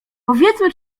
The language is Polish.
powiedzmy